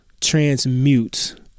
transmute